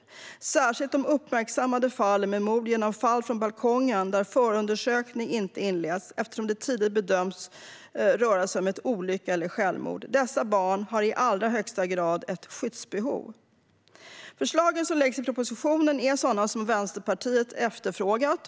Det gäller särskilt de uppmärksammade fallen med mord genom fall från balkonger där förundersökning inte inleds eftersom det tidigt bedöms röra sig om en olycka eller ett självmord. Dessa barn har i allra högsta grad ett skyddsbehov. Förslagen som läggs i propositionen är sådana som Vänsterpartiet efterfrågat.